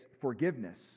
forgiveness